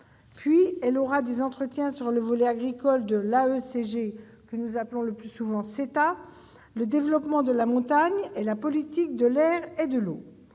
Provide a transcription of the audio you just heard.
Puis elle aura des entretiens sur le volet agricole de l'AECG, ou CETA, le développement de la montagne et la politique de l'air et de l'eau.